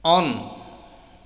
on